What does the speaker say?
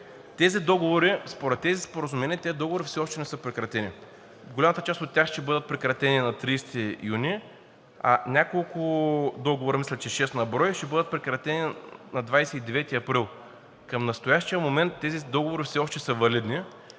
тези споразумения тези договори все още не са прекратени. Голямата част от тях ще бъдат прекратени на 30 юни, а няколко договора, мисля, че шест на брой, ще бъдат прекратени на 29 април. Към настоящия момент тези договори все още са валидни.